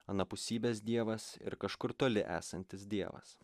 anapusybės dievas ir kažkur toli esantis dievas